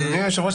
אדוני היושב-ראש,